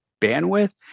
bandwidth